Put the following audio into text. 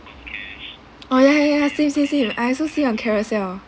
oh ya ya same same same I also see on carousell